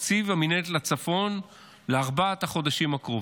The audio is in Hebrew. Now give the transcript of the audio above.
תקציב המינהלת לצפון לארבעת החודשים הקרובים.